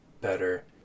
better